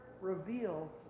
reveals